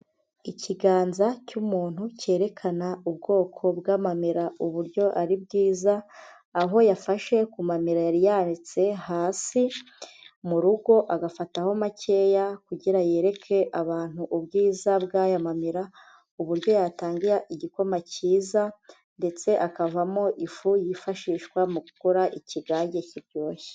Ikiganza cy'umuntu cyerekana ubwoko bw'amamera uburyo ari bwiza, aho yafashe ku mamera yari yanitse hasi mu rugo agafataho makeya kugira yereke abantu ubwiza bw'aya mamera uburyo yatanga igikoma cyiza, ndetse akavamo ifu yifashishwa mu gukora ikigage kiryoshye.